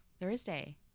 thursday